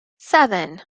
seven